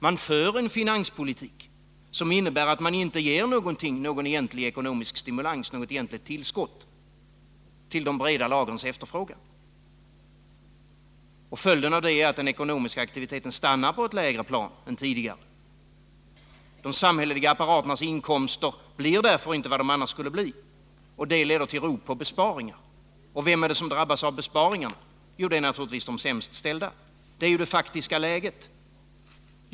Man för en finanspolitik som innebär att man inte ger något egentligt tillskott för att möta de breda lagrens efterfrågan. Följden av det är att den ekonomiska aktiviteten stannar på ett lägre plan än tidigare. De samhälleliga apparaternas inkomster blir inte vad de annars skulle bli. Det leder till rop på besparingar. Vilka är det då som drabbas av besparingar? Det är naturligtvis de sämst ställda — det är det faktiska läget.